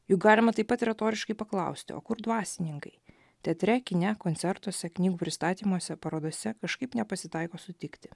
juk galima taip pat retoriškai paklausti o kur dvasininkai teatre kine koncertuose knygų pristatymuose parodose kažkaip nepasitaiko sutikti